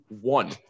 one